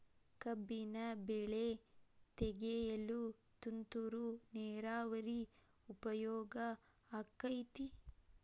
ಕಬ್ಬಿನ ಬೆಳೆ ತೆಗೆಯಲು ತುಂತುರು ನೇರಾವರಿ ಉಪಯೋಗ ಆಕ್ಕೆತ್ತಿ?